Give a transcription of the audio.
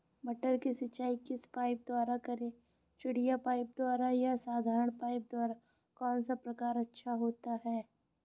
मटर की सिंचाई किस पाइप द्वारा करें चिड़िया पाइप द्वारा या साधारण पाइप द्वारा कौन सा प्रकार अच्छा होता है?